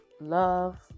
love